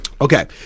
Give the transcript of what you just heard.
Okay